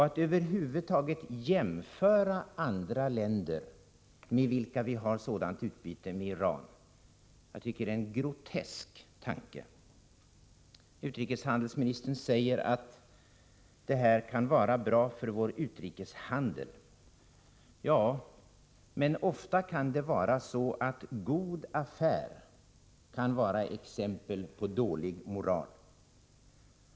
Att över huvud taget tänka sig att jämföra andra länder, med vilka vi har sådant utbyte, med Iran tycker jag är groteskt. Utrikeshandelsministern säger att det här kan vara bra för vår utrikeshandel. Ja, men ofta kan det vara så, att god affär är exempel på dålig moral.